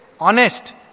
Honest